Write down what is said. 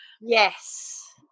yes